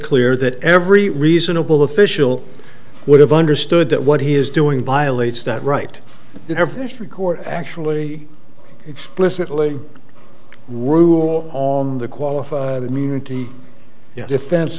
clear that every reasonable official would have understood that what he is doing violates that right to have this record actually explicitly rule on the qualified immunity yes defense